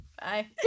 Bye